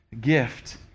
gift